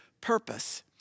purpose